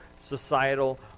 societal